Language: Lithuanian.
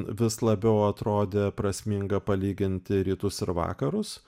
vis labiau atrodė prasminga palyginti rytus ir vakarus